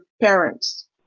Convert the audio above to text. parents